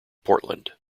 portland